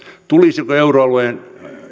tulisiko euroalueen